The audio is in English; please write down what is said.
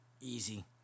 easy